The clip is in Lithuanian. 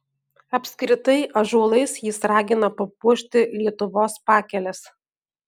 apskritai ąžuolais jis ragina papuošti lietuvos pakeles